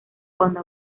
cuando